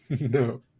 No